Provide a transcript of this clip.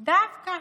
דווקא.